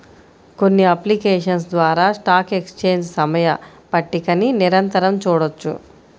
కొన్ని అప్లికేషన్స్ ద్వారా stock exchange సమయ పట్టికని నిరంతరం చూడొచ్చు